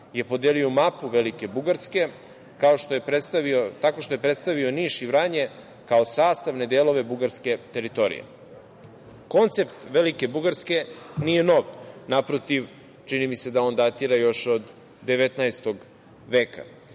je podelio mapu velike Bugarske, tako što je predstavio Niš i Vranje kao sastavne delove bugarske teritoriji. Koncept velike Bugarske nije nov, naproti, čini mi se, da on datira još od 19. veka.